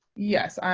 yes. ah